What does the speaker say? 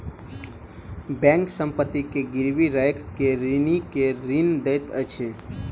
bank संपत्ति के गिरवी राइख के ऋणी के ऋण दैत अछि